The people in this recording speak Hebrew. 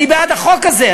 אני בעד החוק הזה.